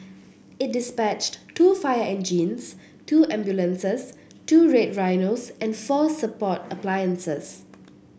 it dispatched two fire engines two ambulances two Red Rhinos and four support appliances